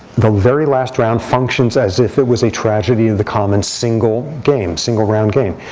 the very last round functions as if it was a tragedy of the commons single game, single round game.